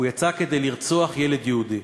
הוא יצא כדי לרצוח ילד יהודי.